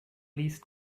least